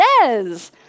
says